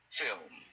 film